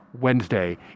Wednesday